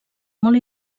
molt